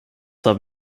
haben